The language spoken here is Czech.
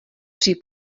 při